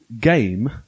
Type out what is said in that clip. game